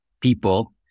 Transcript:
people